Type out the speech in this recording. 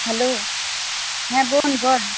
hello হ্যাঁ বোন বল